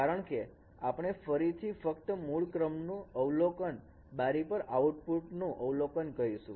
કારણકે આપણે ફરીથી ફક્ત મૂળ ક્રમની અવલોકન બારી પર આઉટપુટ નું જ અવલોકન કરીશું